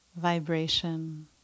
vibration